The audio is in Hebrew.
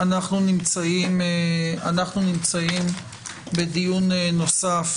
אנחנו נמצאים בדיון נוסף